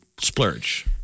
splurge